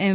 એમ